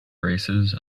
races